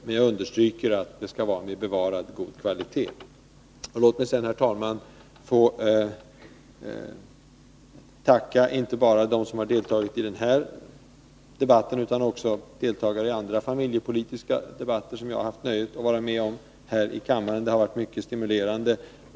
Men jag vill understryka att det skall ske med bevarad god kvalitet. Låt mig sedan, herr talman, få tacka inte bara dem som har deltagit i den här debatten utan också dem som har deltagit i andra familjepolitiska debatter som jag har haft nöjet att vara med om här i kammaren. De har varit mycket stimulerande.